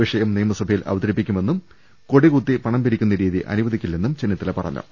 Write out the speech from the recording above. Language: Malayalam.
വിഷയം നിയമസഭയിൽ അവതരിപ്പിക്കുമെന്നും കൊടികുത്തി പണംപിരിക്കുന്ന രീതി അനുവദിക്കില്ലെന്നും ചെന്നിത്തല പറഞ്ഞു